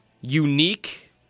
unique